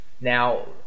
now